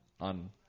on